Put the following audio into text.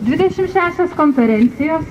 dvidešimt šešios konferencijos